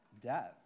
death